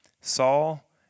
Saul